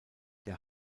der